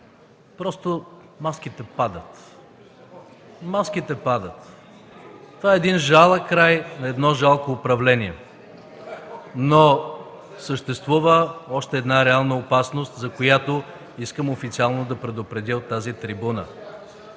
просто маските падат. Маските падат! Това е един жалък край на едно жалко управление. Но съществува още една реална опасност, за която искам официално да предупредя от тази трибуна.